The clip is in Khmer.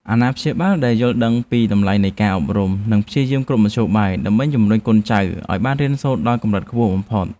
អាណាព្យាបាលដែលយល់ដឹងពីតម្លៃនៃការអប់រំនឹងព្យាយាមគ្រប់មធ្យោបាយ ដើម្បីជំរុញកូនចៅឱ្យបានរៀនសូត្រដល់កម្រិតខ្ពស់បំផុត។